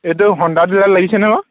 এইটো হণ্ডা ডিলাৰত লাগিছেনে বাৰু